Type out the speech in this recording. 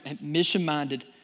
mission-minded